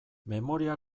memoria